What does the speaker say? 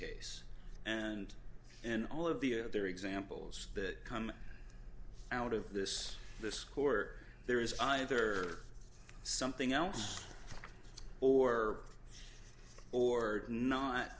case and in all of the their examples that come out of this this court there is either something else or or not